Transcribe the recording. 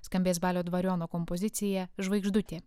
skambės balio dvariono kompozicija žvaigždutė